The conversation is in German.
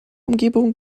umgebung